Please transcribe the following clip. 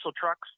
trucks